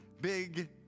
big